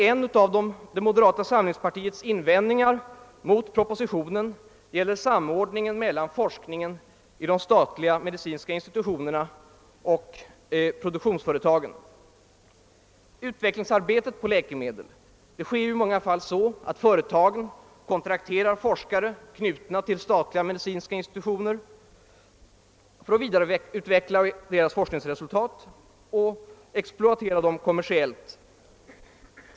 En annan av moderata samlingspartiets invändingar mot propositionen gäller samordningen mellan forskningen i de statliga medicinska institutionerna och produktionsföretagen. Utvecklingsarbetet beträffande läkemedel bedrivs i många fall så, att företagen kontrakterar forskare knutna till statliga medicinska institutioner för att vidareutveckla deras forskningsresultat och exploatera dessa kommersiellt.